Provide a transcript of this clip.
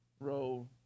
Row